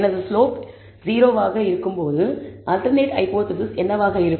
எனது ஸ்லோப் 0 ஆக இருக்கும்போது அல்டர்நேட் ஹைபோதேசிஸ் என்னவாக இருக்கும்